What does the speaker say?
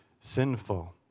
sinful